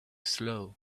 slow